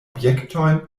objektojn